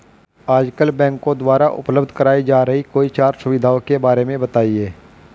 आजकल बैंकों द्वारा उपलब्ध कराई जा रही कोई चार सुविधाओं के बारे में बताइए?